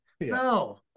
No